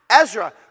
Ezra